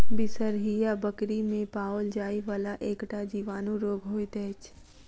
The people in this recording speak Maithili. बिसरहिया बकरी मे पाओल जाइ वला एकटा जीवाणु रोग होइत अछि